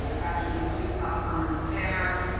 actually the two top comments there.